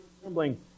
trembling